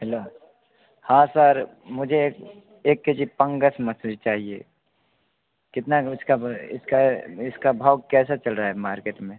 hello हाँ sir मुझे एक एक केजी पंगस मछली चाहिए कितना इसका ब इसका इसका भाव कैसा चल रहा है मार्केट में